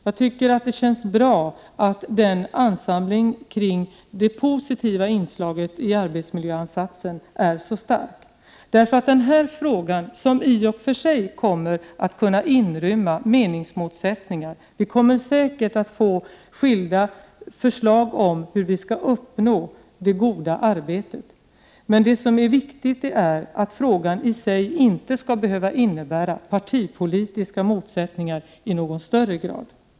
Jag tycker att det känns bra att den ansamling kring det positiva inslaget i arbetsmiljöansatsen är så stark. Den här frågan kommer i och för sig att kunna inrymma meningsmotsättningar, och vi kommer säkert att få olika förslag om hur vi skall uppnå det goda arbetet. Men det viktiga är att frågan i sig inte skall behöva innebära partipolitiska motsättningar i någon högre grad.